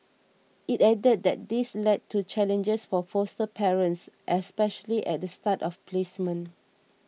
he added that this led to challenges for foster parents especially at the start of placement